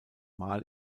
mal